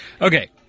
Okay